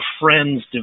friends